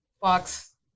fox